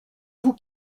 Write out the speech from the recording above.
vous